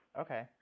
Okay